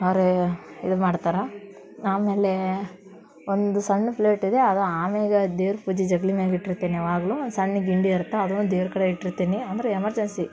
ಆದ್ರೆ ಇದು ಮಾಡ್ತಾರೆ ಆಮೇಲೆ ಒಂದು ಸಣ್ಣ ಪ್ಲೇಟಿದೆ ಅದು ಆಮ್ಯಾಲೆ ಅದು ದೇವ್ರ ಪೂಜೆ ಜಗುಲಿ ಮ್ಯಾಲ್ ಇಟ್ಟಿರ್ತೀನ್ ಯಾವಾಗಲೂ ಒಂದು ಸಣ್ಣ ಗಿಂಡಿ ಇರತ್ತೆ ಅದನ್ನೂ ದೇವ್ರ ಕಡೆ ಇಟ್ಟಿರ್ತೀನಿ ಅಂದರೆ ಎಮರ್ಜೆನ್ಸಿ